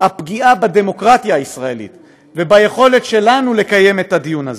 הפגיעה בדמוקרטיה הישראלית וביכולת שלנו לקיים את הדיון הזה.